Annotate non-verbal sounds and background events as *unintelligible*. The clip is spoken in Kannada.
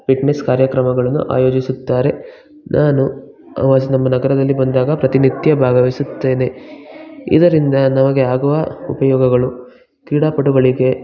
ಫಿಟ್ ನೆಸ್ ಕಾರ್ಯಕ್ರಮಗಳನ್ನು ಆಯೋಜಿಸುತ್ತಾರೆ ನಾನು *unintelligible* ನಮ್ಮ ನಗರದಲ್ಲಿ ಬಂದಾಗ ಪ್ರತಿನಿತ್ಯ ಭಾಗವಹಿಸುತ್ತೇನೆ ಇದರಿಂದ ನಮಗೆ ಆಗುವ ಉಪಯೋಗಗಳು ಕ್ರೀಡಾಪಟುಗಳಿಗೆ